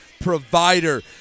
provider